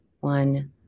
one